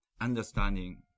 understanding